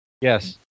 Yes